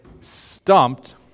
stumped